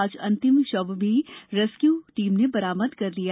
आज अंतिम शव भी रेस्क्यू टीम ने बरामद कर लिया